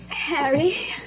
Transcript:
Harry